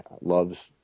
loves